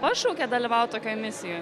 pašaukė dalyvaut tokioj misijoj